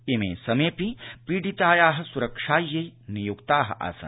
इमे समेऽपि पीडिताया सुरक्षायै नियुक्ता आसन्